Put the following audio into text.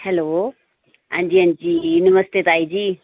hello हां जी हां जी नमस्ते ताई जी